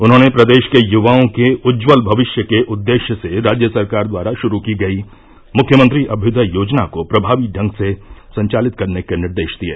उन्होंने प्रदेश के युवाओं के उज्ज्वल भविष्य के उद्देश्य से राज्य सरकार द्वारा शुरू की गयी मुख्यमंत्री अभ्युदय योजना को प्रभावी ढंग से संचालित करने के निर्देश दिये